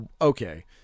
Okay